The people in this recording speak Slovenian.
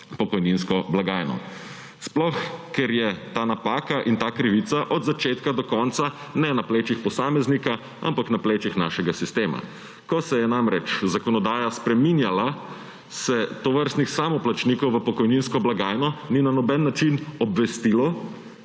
v pokojninsko blagajno. Sploh, ker je ta napaka in ta krivica od začetka do konca ne na plečih posameznika, ampak na plečih našega sistema. Ko se je namreč zakonodaja spreminjala, se tovrstne samoplačnike v pokojninsko blagajno ni na noben način obvestilo,